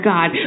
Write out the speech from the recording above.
God